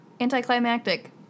Anticlimactic